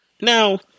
Now